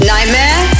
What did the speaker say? Nightmare